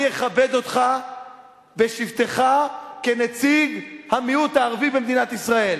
אני אכבד אותך בשבתך כנציג המיעוט הערבי במדינת ישראל,